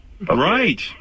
right